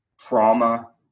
trauma